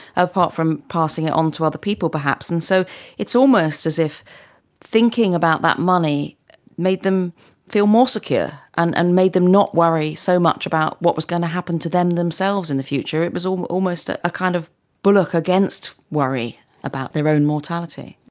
apart from passing it on to other people perhaps. and so it's almost as if thinking about that money made them feel more secure and and made them not worry so much about what was going to happen to them themselves themselves in the future. it was um almost ah a kind of bulwark against worry about their own mortality.